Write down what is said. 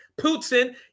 Putin